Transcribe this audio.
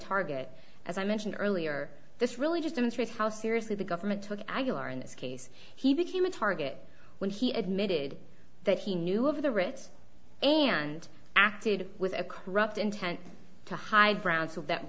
target as i mentioned earlier this really just demonstrates how seriously the government took aguilar in this case he became a target when he admitted that he knew of the risks and acted with a corrupt intent to hide brown so that